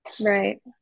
Right